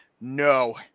No